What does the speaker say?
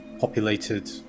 populated